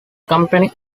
company